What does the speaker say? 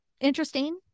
Interesting